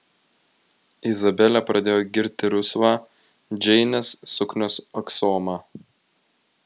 izabelė pradėjo girti rusvą džeinės suknios aksomą